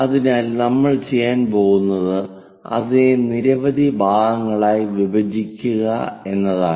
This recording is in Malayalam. അതിനാൽ നമ്മൾ ചെയ്യാൻ പോകുന്നത് അതിനെ നിരവധി ഭാഗങ്ങളായി വിഭജിക്കുക എന്നതാണ്